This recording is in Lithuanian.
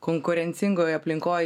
konkurencingoj aplinkoj